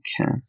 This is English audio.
Okay